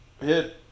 hit